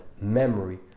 memory